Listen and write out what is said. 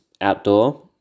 outdoor